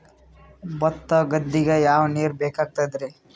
ಭತ್ತ ಗದ್ದಿಗ ಯಾವ ನೀರ್ ಬೇಕಾಗತದರೀ?